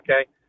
Okay